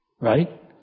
Right